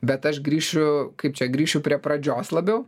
bet aš grįšiu kaip čia grįšiu prie pradžios labiau